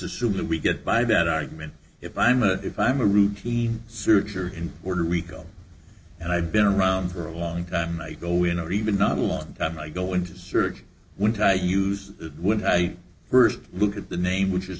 assume that we get by that argument if i'm a if i'm a routine searcher in order rico and i've been around for a long time i go in or even not a long time i go into search went i use when i first look at the name which